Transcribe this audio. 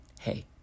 Hey